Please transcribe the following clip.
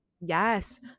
Yes